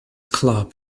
club